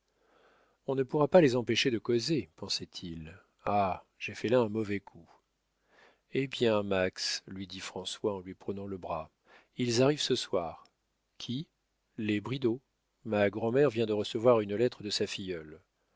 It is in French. on ne pourra pas les empêcher de causer pensait-il ah j'ai fait là un mauvais coup hé bien max lui dit françois en lui prenant le bras ils arrivent ce soir qui les bridau ma grand'mère vient de recevoir une lettre de sa filleule